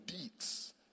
deeds